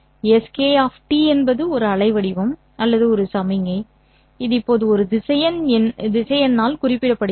Sk என்பது ஒரு அலைவடிவம் அல்லது ஒரு சமிக்ஞையாகும் இது இப்போது ஒரு திசையன் என குறிப்பிடப்படுகிறது